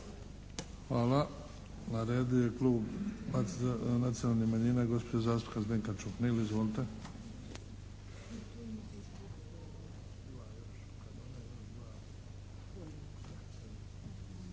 Hvala. Na redu je klub Nacionalne manjine, gospođa zastupnica Željka Čuhnil. Izvolite.